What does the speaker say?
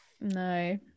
no